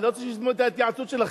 אני לא רוצה שישמעו את ההתייעצות שלכם.